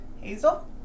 Hazel